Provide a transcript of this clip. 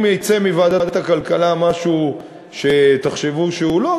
אם יצא מוועדת הכלכלה משהו שתחשבו שהוא לא,